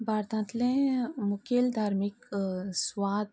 भारतांतले मुखेल धार्मीक सुवात